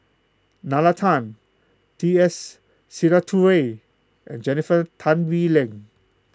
Nalla Tan T S Sinnathuray and Jennifer Tan Bee Leng